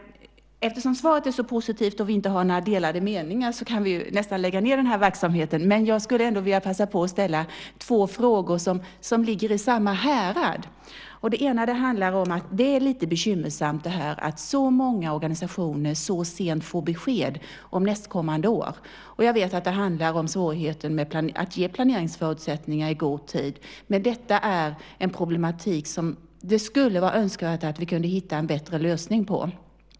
Eftersom svaret är så positivt och vi inte har några delade meningar kan vi nästan lägga ned den här verksamheten. Men jag skulle ändå vilja passa på och ställa två frågor som ligger i samma härad. Den ena handlar om att det är lite bekymmersamt att så många organisationer får besked om nästkommande år så sent. Jag vet att det handlar om svårigheter att ge planeringsförutsättningar i god tid. Men detta är en problematik som det skulle vara önskvärt att vi kunde hitta en bättre lösning på.